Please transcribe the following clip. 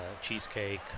Cheesecake